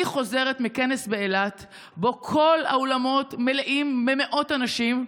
אני חוזרת מכנס באילת שבו כל האולמות מלאים במאות אנשים.